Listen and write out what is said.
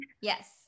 Yes